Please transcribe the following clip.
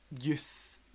youth